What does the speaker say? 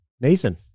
Nathan